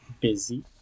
Busy